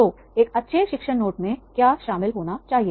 तो एक अच्छे शिक्षण नोट में क्या शामिल होना चाहिए